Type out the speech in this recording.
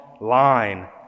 line